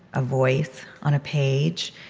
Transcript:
a voice on a page,